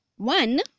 One